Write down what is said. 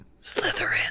Slytherin